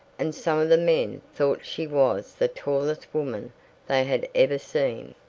and some of the men thought she was the tallest woman they had ever seen.